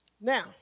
Now